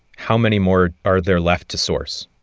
how many more are there left to source?